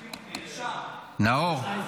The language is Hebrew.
נאור,